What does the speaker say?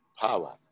power